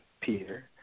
Peter